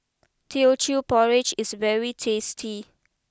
Teochew Porridge is very tasty